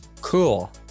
Cool